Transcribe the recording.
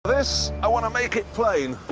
this, i want to make it plain,